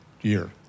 year